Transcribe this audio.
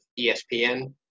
ESPN